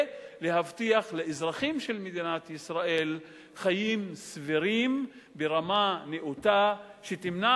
ולהבטיח לאזרחים של מדינת ישראל חיים סבירים ברמה נאותה שתמנע